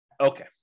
Okay